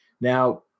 Now